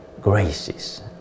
graces